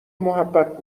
محبت